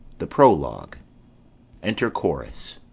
the prologue enter chorus.